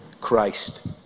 Christ